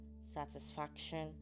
satisfaction